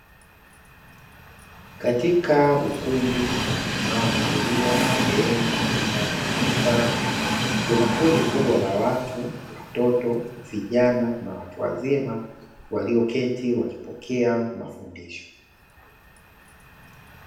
Katika ukumbi unaoashiria ni sehemu katika kanisa, kuna kundi kubwa la watu, watoto, vijana na watu wazima walioketi wakipokea mafundisho.